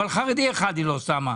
אבל חרדי אחד השרה שאשא-ביטון לא שמה.